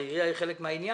הרי העירייה היא חלק מהעניין.